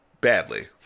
Badly